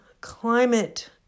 climate